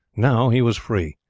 now he was free,